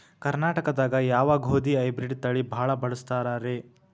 ಕರ್ನಾಟಕದಾಗ ಯಾವ ಗೋಧಿ ಹೈಬ್ರಿಡ್ ತಳಿ ಭಾಳ ಬಳಸ್ತಾರ ರೇ?